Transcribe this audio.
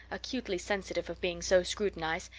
acutely sensitive of being so scrutinized,